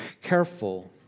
careful